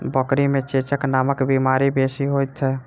बकरी मे चेचक नामक बीमारी बेसी होइत छै